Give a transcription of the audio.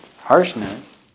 harshness